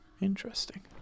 interesting